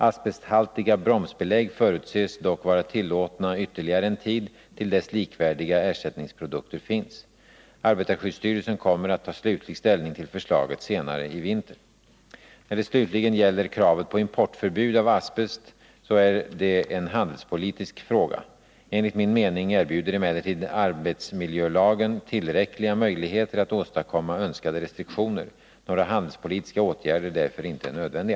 Asbesthaltiga bromsbelägg förutses dock vara tillåtna ytterligare en tid till dess likvärdiga ersättningsprodukter finns. Arbetarskyddsstyrelsen kommer att ta slutlig ställning till förslaget senare i vinter. När det slutligen gäller kravet på importförbud mot asbest vill jag framhålla att detta är en handelspolitisk fråga. Enligt min mening erbjuder emellertid arbetsmiljölagen tillräckliga möjligheter att åstadkomma önskade restriktioner. Några handelspolitiska åtgärder är därför inte nödvändiga.